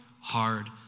hard